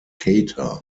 cater